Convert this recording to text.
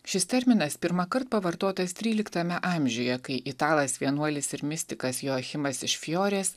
šis terminas pirmąkart pavartotas tryliktame amžiuje kai italas vienuolis ir mistikas joachimas iš fjorės